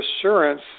assurance